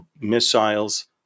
missiles